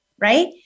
right